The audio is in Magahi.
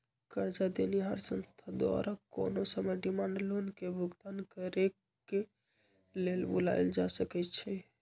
करजा देनिहार संस्था द्वारा कोनो समय डिमांड लोन के भुगतान करेक लेल बोलायल जा सकइ छइ